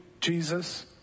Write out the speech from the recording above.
Jesus